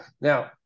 now